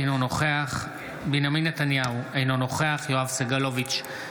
אינו נוכח בנימין נתניהו, אינו נוכח יואב סגלוביץ'